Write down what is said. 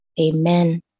Amen